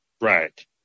Right